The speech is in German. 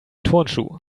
turnschuh